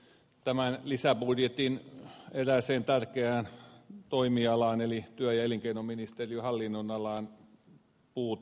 tämän lisäbudjetin erääseen tärkeään toimialaan eli työ ja elinkeinoministeriön hallinnonalaan puutun